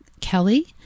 Kelly